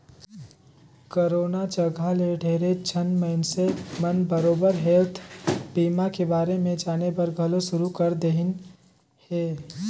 corona जघा ले ढेरेच झन मइनसे मन बरोबर हेल्थ बीमा के बारे मे जानेबर घलो शुरू कर देहिन हें